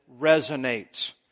resonates